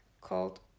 called